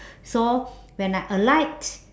so when I alight